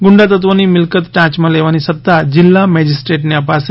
ગુંડા તત્વોની મિલકત ટાંચમાં લેવાની સત્તા જિલ્લા મેજિસ્ટ્રેટ અપાશે